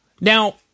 Now